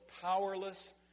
powerless